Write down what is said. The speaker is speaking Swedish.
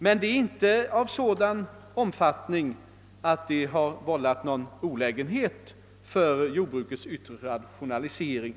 De är emellertid inte av sådan omfattning att de vållat någon olägenhet för jordbrukets yttre rationalisering.